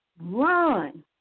Run